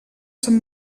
sant